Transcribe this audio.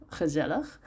gezellig